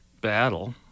battle